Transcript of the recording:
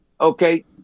Okay